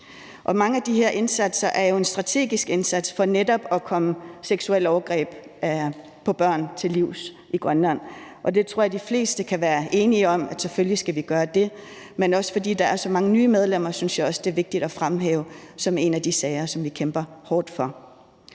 Mange af de her indsatser er jo del af en strategisk indsats for netop at komme seksuelle overgreb på børn til livs i Grønland, og jeg tror, de fleste kan være enige om, at vi selvfølgelig skal gøre det, men også fordi der er så mange nye medlemmer, synes jeg, det er vigtigt at fremhæve det som en af de sager, som vi kæmper hårdt for.